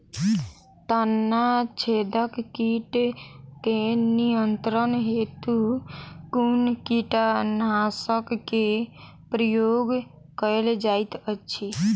तना छेदक कीट केँ नियंत्रण हेतु कुन कीटनासक केँ प्रयोग कैल जाइत अछि?